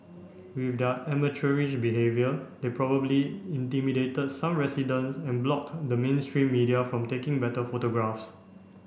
with their amateurish behaviour they probably intimidated some residents and blocked the mainstream media from taking better photographs